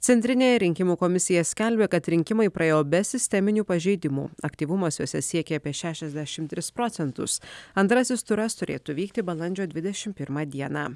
centrinė rinkimų komisija skelbia kad rinkimai praėjo be sisteminių pažeidimų aktyvumas juose siekė apie šešiasdešim tris procentus antrasis turas turėtų vykti balandžio dvidešim pirmą dieną